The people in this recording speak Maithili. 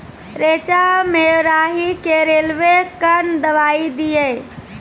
रेचा मे राही के रेलवे कन दवाई दीय?